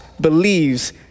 believes